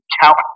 count